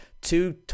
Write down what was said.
two